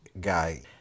guy